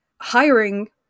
hiring